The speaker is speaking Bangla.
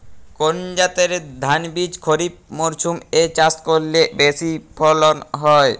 কোন জাতের ধানবীজ খরিপ মরসুম এ চাষ করলে বেশি ফলন হয়?